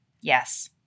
Yes